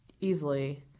easily